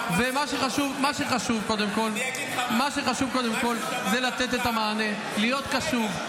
ומה שחשוב קודם כול זה לתת את המענה, להיות קשוב.